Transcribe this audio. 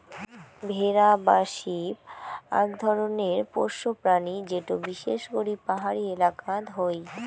ভেড়া বা শিপ আক ধরণের পোষ্য প্রাণী যেটো বিশেষ করি পাহাড়ি এলাকাত হই